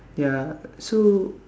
ya so